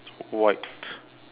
white